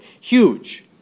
Huge